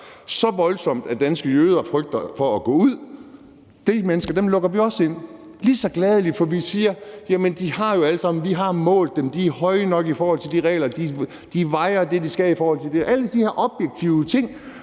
så voldsomt, at danske jøder frygter for at gå ud. De mennesker lukker vi også ind lige så gladeligt, for vi siger: Vi har målt dem; de er høje nok i forhold til de regler, der er; de vejer det, de skal, i forhold til reglerne. Det er alle de her objektive ting.